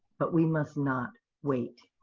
but we must not wait.